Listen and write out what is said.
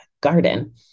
garden